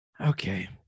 okay